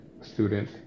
student